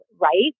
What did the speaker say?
right